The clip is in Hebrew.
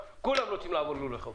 רוצים לעבור ללולי חופש,